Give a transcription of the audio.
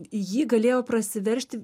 į jį galėjo prasiveržti